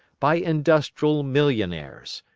by industrial millionaires,